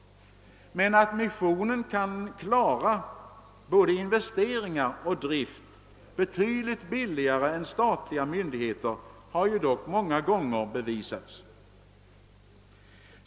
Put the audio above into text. Att missionen kan klara både investeringar och drift betydligt billigare än statliga myndigheter har dock många gånger bevisats.